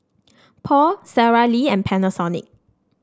Paul Sara Lee and Panasonic